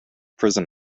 prison